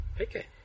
okay